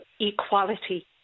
equality